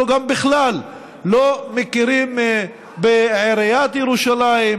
גם בכלל לא מכירים בעיריית ירושלים,